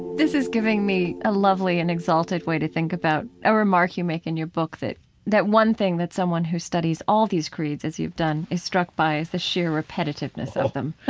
this is giving me a lovely and exalted way to think about a remark you make in your book, that that one thing that someone who studies all these creeds, as you've done, is struck by is the sheer repetitiveness of them.